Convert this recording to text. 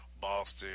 Boston